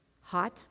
hot